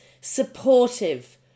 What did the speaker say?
supportive